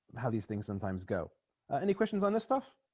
how these things sometimes go any questions on this stuff